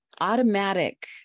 automatic